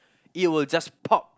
it will just pop